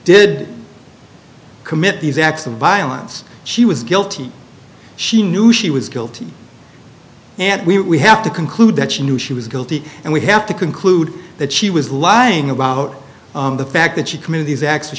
did commit these acts of violence she was guilty she knew she was guilty and we have to conclude that she knew she was guilty and we have to conclude that she was lying about the fact that she committed these ac